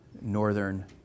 northern